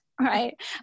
Right